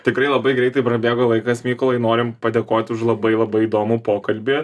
tikrai labai greitai prabėgo laikas mykolai norim padėkoti už labai labai įdomų pokalbį